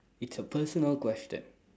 it's a personal question